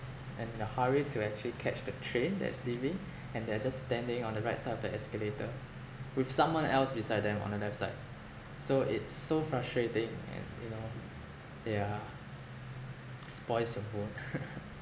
and in a hurry to actually catch the train that's leaving and they are just standing on the right side of the escalator with someone else beside them on the left side so it's so frustrating and you know yeah spoils your mood